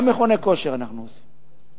גם מכוני כושר אנחנו עושים.